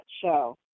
show